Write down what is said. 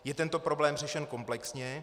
Je tento problém řešen komplexně?